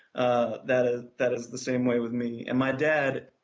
ah that ah that is the same way with me. and my dad,